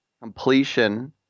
completion